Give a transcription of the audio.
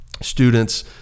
students